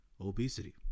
obesity